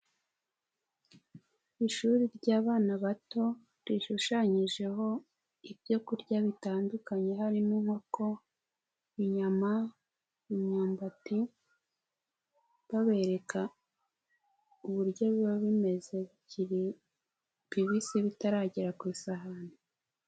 Ishuri ry'abana bato rishushanyijeho ibyo kurya bitandukanye harimo inkoko, inyama, imyumbati babereka uburyo biba bimeze bikiri bibisi bitaragera ku isahani.